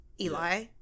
Eli